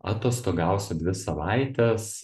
atostogausiu dvi savaites